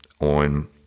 on